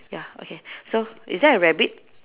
ya okay so is there a rabbit